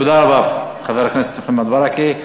תודה רבה, חבר הכנסת מוחמד ברכה.